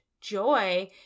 joy